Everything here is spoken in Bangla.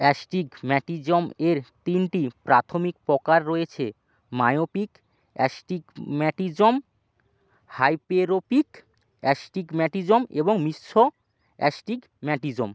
অ্যাস্টিগম্যাটিজম এর তিনটি প্রাথমিক প্রকার রয়েছে মায়োপিক অ্যাস্টিগম্যাটিজম হাইপেরোপিক অ্যাস্টিগম্যাটিজম এবং মিশ্র অ্যাস্টিগম্যাটিজম